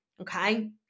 Okay